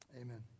Amen